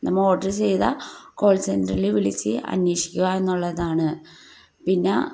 നമ്മൾ ഓർഡറ് ചെയ്ത കോൾ സെൻററിൽ വിളിച്ച് അന്വേഷിക്കുക എന്നുള്ളതാണ് പിന്നെ